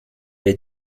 les